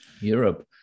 Europe